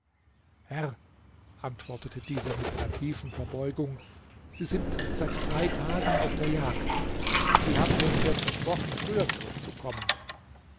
herr antwortete dieser mit einer tiefen verbeugung sie sind seit drei tagen auf der jagd sie haben mir indes versprochen früher zurückzukommen